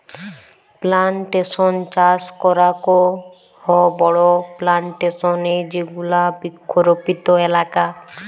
plantation চাস করাক হ বড়ো প্লানটেশন এ যেগুলা বৃক্ষরোপিত এলাকা